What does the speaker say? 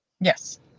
Yes